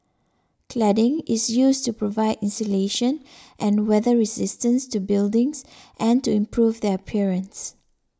cladding is used to provide insulation and weather resistance to buildings and to improve their appearance